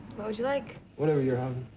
would you like? whatever you're having.